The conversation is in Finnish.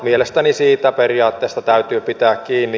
mielestäni siitä periaatteesta täytyy pitää kiinni